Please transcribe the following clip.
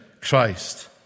Christ